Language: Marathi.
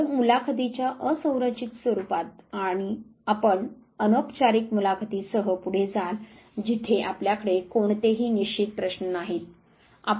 तर मुलाखतींच्या असंरचित स्वरूपात आपण अनौपचारिक मुलाखतीसह पुढे जाल जिथे आपल्याकडे कोणतेही निश्चित प्रश्न नाहीत